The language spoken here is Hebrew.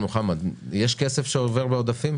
מוחמד, יש כסף שעובר בעודפים?